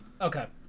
Okay